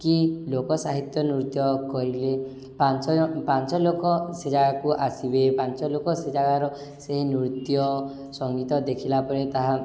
କି ଲୋକ ସାହିତ୍ୟ ନୃତ୍ୟ କରିଲେ ପାଞ୍ଚ ପାଞ୍ଚ ଲୋକ ସେ ଜାଗାକୁ ଆସିବେ ପାଞ୍ଚ ଲୋକ ସେ ଜାଗାର ସେହି ନୃତ୍ୟ ସଙ୍ଗୀତ ଦେଖିଲା ପରେ ତାହା